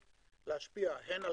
ולהקים את